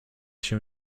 się